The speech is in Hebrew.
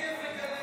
32 בעד.